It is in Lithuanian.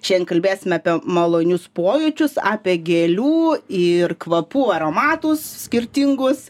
šian kalbėsime apie malonius pojūčius apie gėlių ir kvapų aromatus skirtingus